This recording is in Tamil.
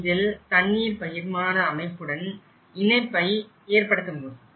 இதில் தண்ணீர் பகிர்மான அமைப்புடன் இணைப்பை ஏற்படுத்தமுடியும்